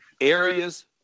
areas